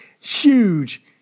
huge